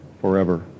forever